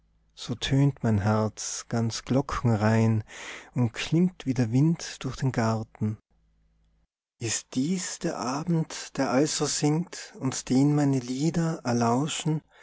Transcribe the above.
so tönt mein herz ganz glockenrein und klingt wie der wind durch den garten ist dies der abend der also singt und den meine lieder erlauschen